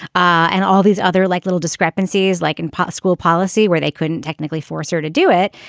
and all these other like little discrepancies like in ah school policy where they couldn't technically force her to do it.